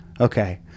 Okay